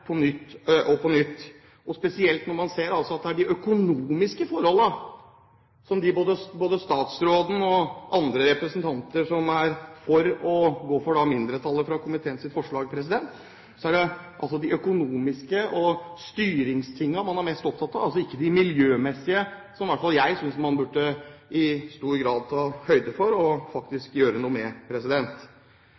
på nytt og på nytt, og spesielt når man ser at det er de økonomiske forholdene både statsråden og andre representanter som er for å gå for det som er forslaget til mindretallet i komiteen, er opptatt av. Det er det økonomiske og styringstingene man er mest opptatt av, altså ikke det miljømessige, som i hvert fall jeg synes man i stor grad burde ta høyde for og